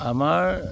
আমাৰ